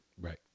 Right